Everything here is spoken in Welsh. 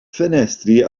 ffenestri